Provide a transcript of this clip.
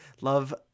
Love